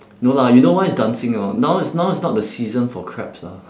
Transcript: no lah you know why it's dancing or not now is now is not the season for crabs lah